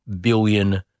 billion